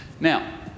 Now